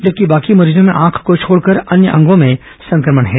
जबकि बाकी मरीजों में आंख को छोड़कर अन्य अंगों में संक्रमण है